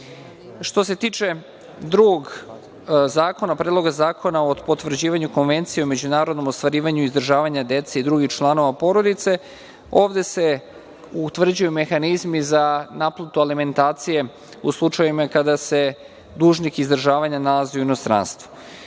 se tiče drugog zakona, Predloga zakona o potvrđivanju Konvencije o međunarodnom ostvarivanju izdržavanja dece i drugih članova porodice, ovde se utvrđuju mehanizmi za naplatu alimentacije u slučajevima kada se dužnik izdržavanja nalazi u inostranstvu. Cilj